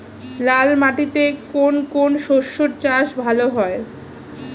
লাল মাটিতে কোন কোন শস্যের চাষ ভালো হয়?